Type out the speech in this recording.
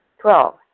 Twelve